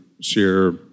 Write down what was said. share